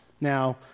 Now